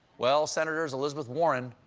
well, senators elizabeth warren,